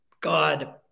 God